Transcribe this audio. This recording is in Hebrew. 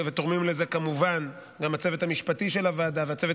ותורמים לזה כמובן גם הצוות המשפטי של הוועדה והצוות